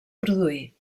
produir